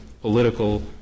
political